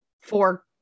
four